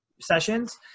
sessions